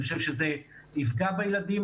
אני חושב שזה יפגע בילדים,